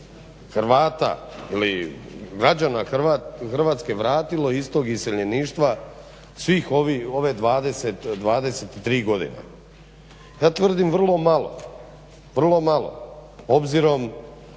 Hrvata ili građana Hrvatske vratilo iz tog iseljeništva svih ovih 23. godine. Ja tvrdim vrlo malo, vrlo malo. Obzirom,